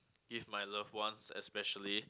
give my love ones especially